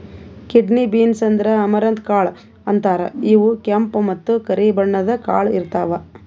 kidney beans ಅಂದ್ರ amaranth ಕಾಳ್ ಅಂತಾರ್ ಇವ್ ಕೆಂಪ್ ಮತ್ತ್ ಕರಿ ಬಣ್ಣದ್ ಕಾಳ್ ಇರ್ತವ್